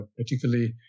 particularly